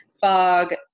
fog